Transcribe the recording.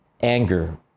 anger